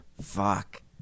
Fuck